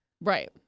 Right